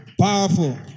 powerful